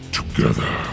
together